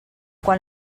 quan